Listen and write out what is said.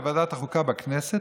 בוועדת החוקה בכנסת,